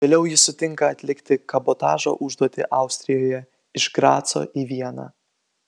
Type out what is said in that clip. vėliau jis sutinka atlikti kabotažo užduotį austrijoje iš graco į vieną